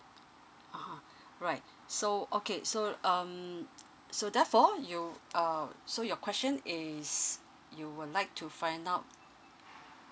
(uh huh) right so okay so um so therefore you uh so your question is you would like to find out